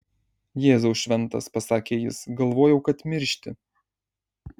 jėzau šventas pasakė jis galvojau kad miršti